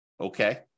Okay